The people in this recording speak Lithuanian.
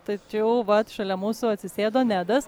tačiau vat šalia mūsų atsisėdo nedas